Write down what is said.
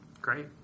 Great